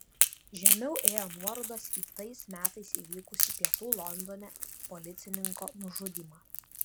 žemiau ėjo nuorodos į tais metais įvykusį pietų londone policininko nužudymą